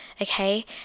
Okay